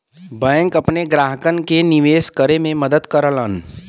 bank अपने ग्राहकन के निवेश करे में मदद करलन